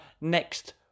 next